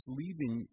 leaving